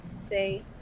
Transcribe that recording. say